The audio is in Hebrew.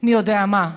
מי יודע מה.